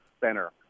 center